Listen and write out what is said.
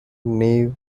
naive